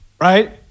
Right